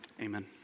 Amen